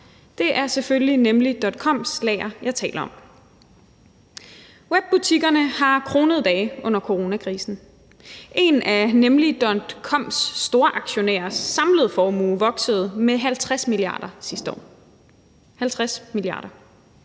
nemlig.com's lager, jeg taler om. Webbutikkerne har kronede dage under coronakrisen. En af nemlig.com's storaktionærers samlede formue voksede med 50 mia. kr. sidste år